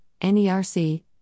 NERC